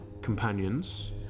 companions